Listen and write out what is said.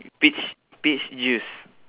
peach peach juice